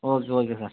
okay okay sir